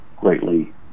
greatly